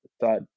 thought